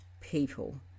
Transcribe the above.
people